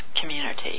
community